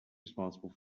responsible